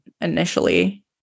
initially